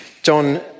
John